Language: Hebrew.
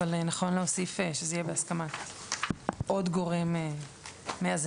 אבל נכון להוסיף שזה יהיה בהסכמת עוד גורם מאזן.